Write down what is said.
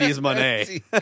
Monet